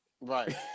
Right